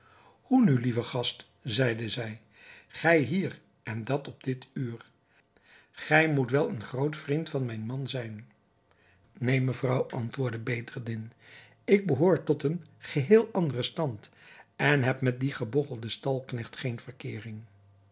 hoe nu lieve gast zeide zij gij hier en dat op dit uur gij moet wel een groot vriend van mijn man zijn neen mevrouw antwoordde bedreddin ik behoor tot een geheel anderen stand en heb met dien gebogchelden stalknecht geene verkeering